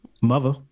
mother